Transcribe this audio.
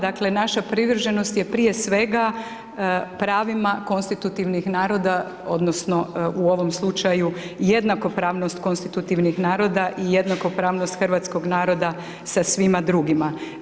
Dakle naša privrženost je prije svega pravima konstitutivnih naroda odnosno u ovom slučaju jednakopravnost konstitutivnih naroda i jednakopravnost hrvatskog naroda sa svima drugima.